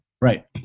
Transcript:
Right